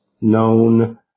known